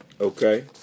Okay